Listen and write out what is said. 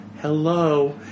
Hello